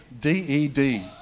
D-E-D